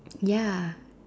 ya